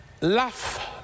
laugh